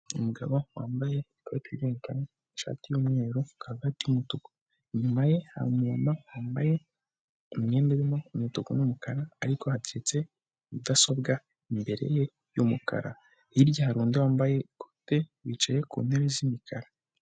Umugabo wambaye ikoti ry'umukara, ishati y'umweru, karovati y'umutuku, inyuma ye umumama wambaye imyenda irimo umutuku n'umukara ariko hacitse mudasobwa imbere ye y'umukara hirya hari undi wambaye ikote wicaye ku ntebe z'imikara.